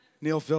Neil